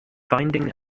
finding